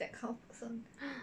that kind of person